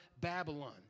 Babylon